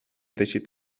teixit